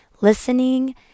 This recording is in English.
listening